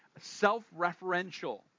self-referential